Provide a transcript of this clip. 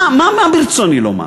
מה ברצוני לומר